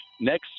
next